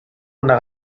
una